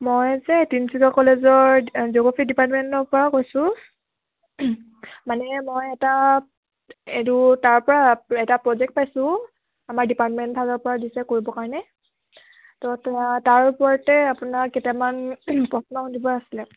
মই যে তিনিচুকীয়া কলেজৰ জিঅ'গ্ৰাফী ডিপাৰ্টমেণ্টৰ পৰা কৈছোঁ মানে মই এটা এইটো তাৰ পৰা এটা প্ৰজেক্ট পাইছোঁ আমাৰ ডিপাৰ্টমেণ্টৰ ফালৰ পৰা দিছে কৰিব কাৰণে তো তাৰ ওপৰতে আপোনাৰ কেইটামান প্ৰশ্ন সুধিব আছিলে